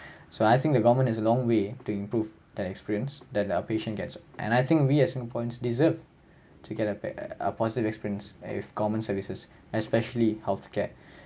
so I think the government has a long way to improve the experience that a patient gets and I think we as singaporeans deserve to get a a positive experience with common services especially healthcare